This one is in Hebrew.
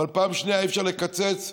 ושנית, אי-אפשר לקצץ.